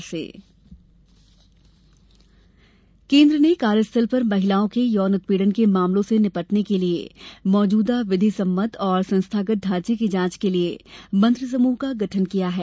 GoM उत्पीड़न केन्द्र ने कार्यस्थल पर महिलाओं के यौन उत्पीड़न के मामलों से निपटने के लिए मौजूदा विधि सम्मत और संस्थागत ढांचे की जांच के लिए मंत्रिसमूह का गठन किया है